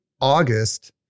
August